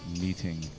meeting